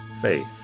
faith